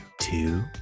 two